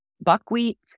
buckwheat